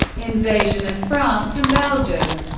invasion of france and belgium